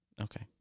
Okay